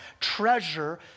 treasure